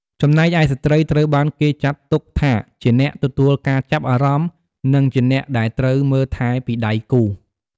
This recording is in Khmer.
ចំណែកឯស្ត្រីត្រូវបានគេចាត់ទុកថាជាអ្នក ទទួលការចាប់អារម្មណ៍ និងជាអ្នកដែលត្រូវ មើលថែ ពីដៃគូ។